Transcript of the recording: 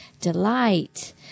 delight